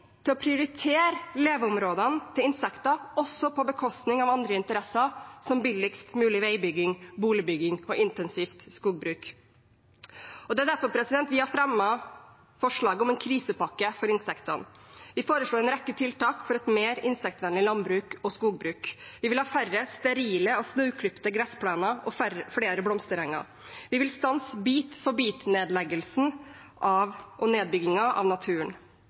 til å prioritere leveområdene til insekter, også på bekostning av andre interesser, som billigst mulig veibygging, boligbygging og intensivt skogbruk. Det er derfor vi har fremmet forslag om en krisepakke for insektene. Vi foreslår en rekke tiltak for et mer insektvennlig landbruk og skogbruk. Vi vil ha færre sterile og snauklipte gressplener og flere blomsterenger. Vi vil stanse bit-for-bit-nedbyggingen av naturen. Vi vil ha mer summing og